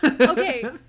Okay